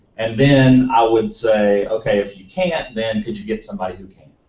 and then i would say, okay, if you can't, then could you get somebody who can?